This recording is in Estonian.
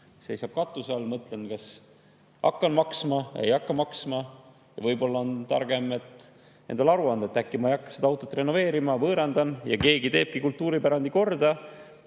seisab katuse all, mõtlen, kas hakkan maksma või ei hakka maksma. Võib-olla on targem endale aru anda, et äkki ma ei hakkagi seda autot renoveerima, võõrandan ta ja keegi teebki selle kultuuripärandi korda,